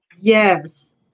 Yes